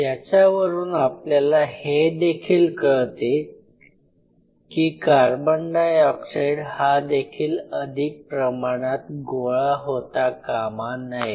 याच्यावरून आपल्याला हेदेखील कळते की कार्बन डाय ऑक्साइड हा देखील अधिक प्रमाणात गोळा होता कामा नये